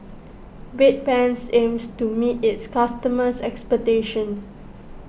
Bedpans aims to meet its customers' expectations